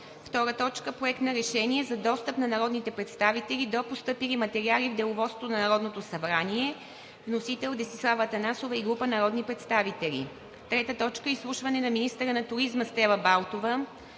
2. Проект на решение за достъп на народните представители до постъпили материали в Деловодството на Народното събрание. Вносители: Десислава Атанасова и група народни представители. 3. Изслушване на министъра на туризма Стела Балтова